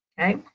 Okay